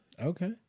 Okay